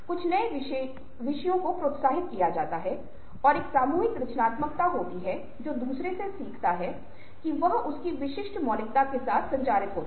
कुछ नए विषयों को प्रोत्साहित किया जाता है और एक सामूहिक रचनात्मकता होती है जो दूसरे से सीखता है कि यह उसकी विशिष्ट मौलिकता के साथ संचारित होता है